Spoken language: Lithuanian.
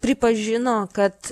pripažino kad